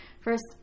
first